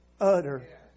utter